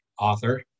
author